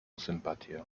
sympatię